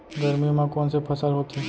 गरमी मा कोन से फसल होथे?